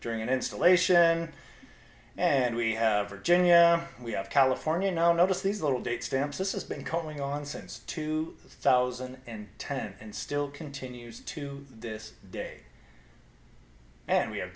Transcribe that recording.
during an installation and we have virginia we have california now notice these little date stamps this is been calling on since two thousand and ten and still continues to this day and we have